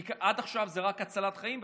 כי עד עכשיו זה רק הצלת חיים,